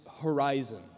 horizon